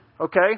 Okay